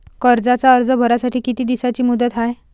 कर्जाचा अर्ज भरासाठी किती दिसाची मुदत हाय?